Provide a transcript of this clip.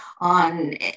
on